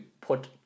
put